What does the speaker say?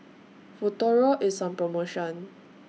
Futuro IS on promotion